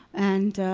and